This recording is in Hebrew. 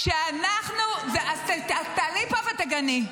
--- אז תעלי לפה ותגני,